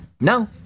No